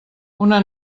una